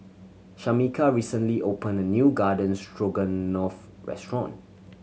Shamika recently opened a new Garden Stroganoff restaurant